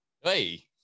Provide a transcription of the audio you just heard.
hey